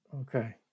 Okay